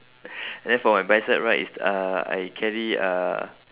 and then for my bicep right it's uh I carry uh